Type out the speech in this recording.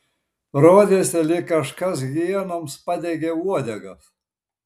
rodėsi lyg kažkas hienoms padegė uodegas